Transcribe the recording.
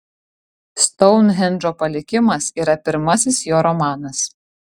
stounhendžo palikimas yra pirmasis jo romanas